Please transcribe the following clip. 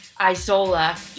isola